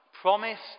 Promise